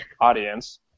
audience